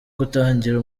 gutangira